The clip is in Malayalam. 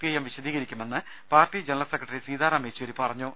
ഐഎം വിശദീകരിക്കുമെന്ന് party general secretary Sitaram Yechury പറഞ്ഞു